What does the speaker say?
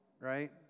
right